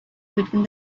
between